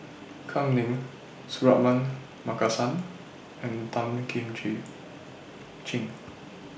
Kam Ning Suratman Markasan and Tan Kim Ching